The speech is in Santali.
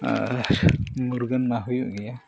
ᱟᱨ ᱢᱩᱨᱜᱟᱹᱱ ᱢᱟ ᱦᱩᱭᱩᱜ ᱜᱮᱭᱟ